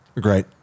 great